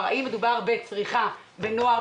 האם מדובר בצריכה של נוער?